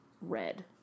red